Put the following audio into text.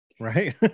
Right